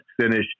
finished